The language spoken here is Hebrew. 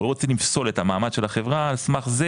אנחנו לא רוצים לפסול את המעמד של החברה על סמך זה